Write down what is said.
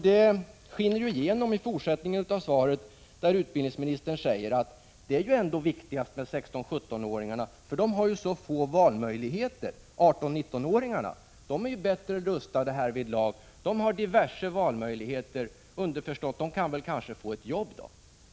Detta skiner igenom i fortsättningen av svaret, där utbildningsministern säger att det är viktigast med 16-17-åringarna, därför att de har så få valmöjligheter, medan 18—19-åringarna är bättre rustade härvidlag och har diverse valmöjligheter — det är underförstått att de kanske kan få ett jobb.